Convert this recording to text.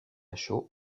chaud